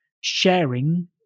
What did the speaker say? sharing